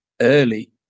early